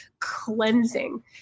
Cleansing